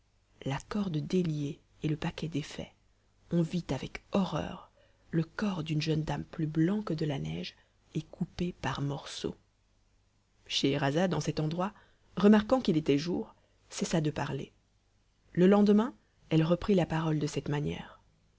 la corde déliée et le paquet défait on vit avec horreur le corps d'une jeune dame plus blanc que de la neige et coupé par morceaux scheherazade en cet endroit remarquant qu'il était jour cessa de parler le lendemain elle reprit la parole de celle manière